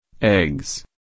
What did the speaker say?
Eggs